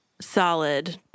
solid